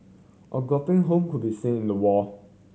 a gaping home could be seen in the wall